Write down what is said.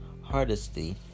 Hardesty